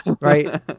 Right